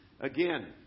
Again